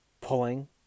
pulling